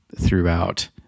throughout